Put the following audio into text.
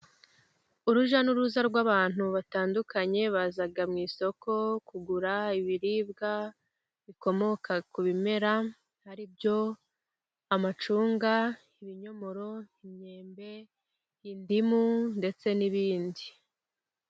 Urujya n'uruza rw'abantu batandukanye baza mu isoko kugura ibiribwa bikomoka ku bimera, ari byo amacunga, ibinyomoro, imyembe, indimu ndetse n'ibindi.